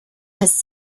has